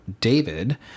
David